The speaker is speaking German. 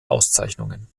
auszeichnungen